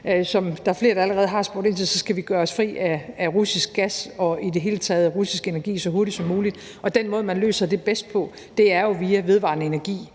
som der er flere der allerede har spurgt ind til, vi skal gøre os fri af russisk gas og i det hele taget russisk energi så hurtigt som muligt, og den måde, man løser det bedst på, er jo via vedvarende energi.